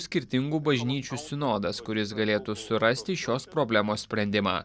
skirtingų bažnyčių sinodas kuris galėtų surasti šios problemos sprendimą